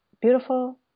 beautiful